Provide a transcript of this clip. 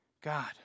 God